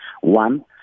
One